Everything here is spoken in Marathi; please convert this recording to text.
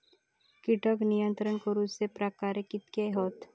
कीटक नियंत्रण करूचे प्रकार कितके हत?